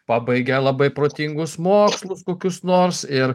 pabaigia labai protingus mokslus kokius nors ir